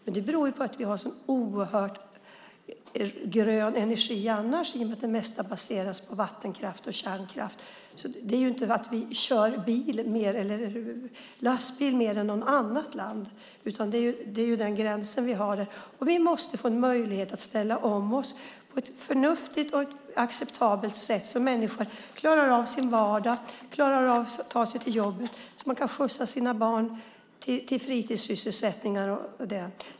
Men det beror på att vi i övrigt har en så oerhört grön energi i och med att det mesta baseras på vattenkraft och kärnkraft. Det är ju inte så att vi i Sverige kör bil eller lastbil mer än man gör i något annat land, utan det är fråga om den gräns vi har. Vi måste få en möjlighet att ställa om. Det måste ske på ett förnuftigt och acceptabelt sätt så att människor klarar av sin vardag - kan ta sig till jobbet, kan skjutsa sina barn till fritidssysselsättningar och så vidare.